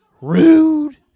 Rude